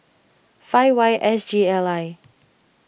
five Y S G L I